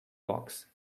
box